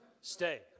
stay